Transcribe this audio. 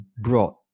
brought